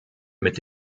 mit